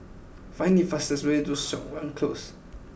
find the fastest way to Siok Wan Close